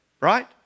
Right